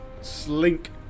slink